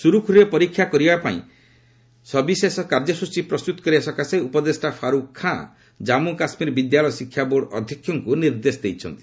ସୁରୁଖୁରୁରେ ପରୀକ୍ଷା କରିବା ପାଇଁ ସବିଶେଷ କାର୍ଯ୍ୟସ୍ଟଚୀ ପ୍ରସ୍ତୁତ କରିବା ଲାଗି ଉପଦେଷ୍ଟା ଫାରୁଖ ଖାଁ ଜାମ୍ମୁକାଶ୍ମୀର ବିଦ୍ୟାଳୟ ଶିକ୍ଷା ବୋର୍ଡ ଅଧ୍ୟକ୍ଷଙ୍କୁ ନିର୍ଦ୍ଦେଶ ଦେଇଛନ୍ତି